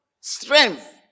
strength